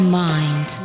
mind